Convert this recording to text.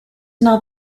not